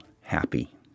happy